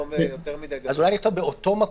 אולי נכתוב "באותו מקום",